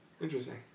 Interesting